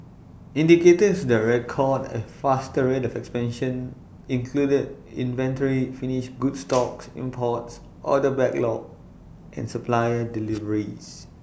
indicators that recorded A faster rate of expansion included inventory finished goods stocks imports order backlog and supplier deliveries